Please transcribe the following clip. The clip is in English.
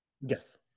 Yes